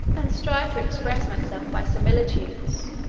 and strive to express myself by similitudes,